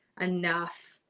enough